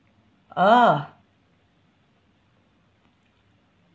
ah